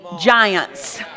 giants